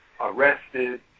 arrested